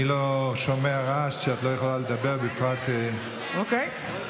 אני לא שומע רעש שאת לא יכולה לדבר, בפרט, אוקיי.